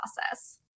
process